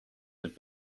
have